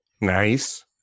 Nice